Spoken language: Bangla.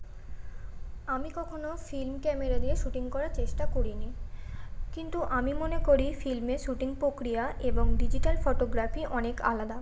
আমি কখনো ফিল্ম ক্যামেরা দিয়ে শ্যুটিং করার চেষ্টা করি নি কিন্তু আমি মনে করি ফিল্মে শ্যুটিং প্রক্রিয়া এবং ডিজিটাল ফটোগ্রাফি অনেক আলাদা